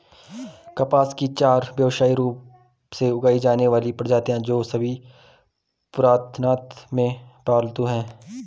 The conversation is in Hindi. कपास की चार व्यावसायिक रूप से उगाई जाने वाली प्रजातियां हैं, जो सभी पुरातनता में पालतू हैं